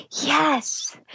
Yes